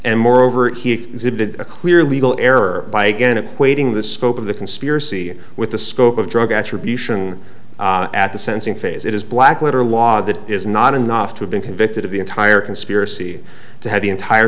and moreover he exhibited a clear legal error by again equating the scope of the conspiracy with the scope of drug attribute at the sensing phase it is black letter law that is not enough to have been convicted of the entire conspiracy to have the entire